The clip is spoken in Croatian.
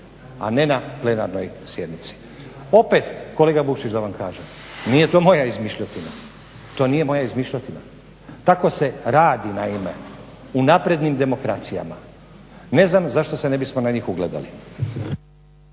a ne na plenarnoj sjednici. Opet kolega Vukšić da vam kažem, nije to moja izmišljotina, to nije moja izmišljotina, tako se radi naime u naprednim demokracijama. Ne znam zašto se ne bismo na njih ugledali.